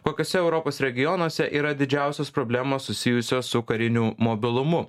kokiose europos regionuose yra didžiausios problemos susijusios su kariniu mobilumu